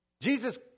Jesus